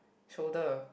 shoulder